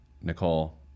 Nicole